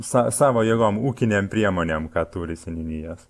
sa savo jėgom ūkinėm priemonėm ką turi seniūnijos